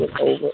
over